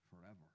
forever